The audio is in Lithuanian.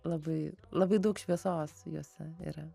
labai labai daug šviesos juose yra